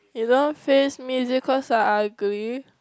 you don't want face me is it cause I ugly